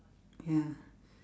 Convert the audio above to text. ya